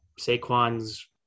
Saquon's